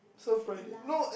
say it lah